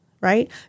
right